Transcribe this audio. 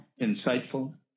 insightful